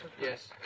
Yes